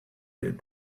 did